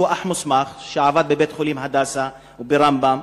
שהוא אח מוסמך, עבד בבית-החולים "הדסה" וב"רמב"ם”,